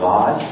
God